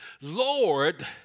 Lord